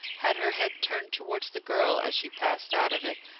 had her head turned towards the girl as she passed out of it,